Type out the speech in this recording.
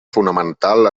fonamental